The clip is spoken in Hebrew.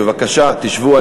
בבקשה תשבו.